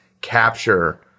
capture